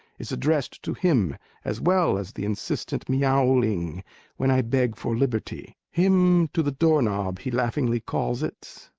is addressed to him as well as the insistent miauling when i beg for liberty. hymn to the door-knob, he laughingly calls it,